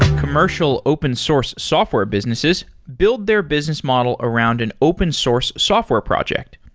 commercial open source software businesses build their business model around an open source software project.